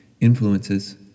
Influences